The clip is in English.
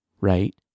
right